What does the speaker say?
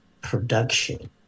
production